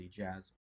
jazz